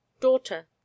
daughter